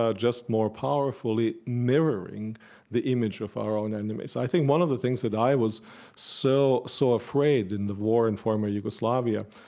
just more powerfully mirroring the image of our own enemies. i think one of the things that i was so so afraid in the war in former yugoslavia,